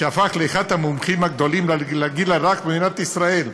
שהפך לאחד המומחים הגדולים לגיל הרך במדינת ישראל,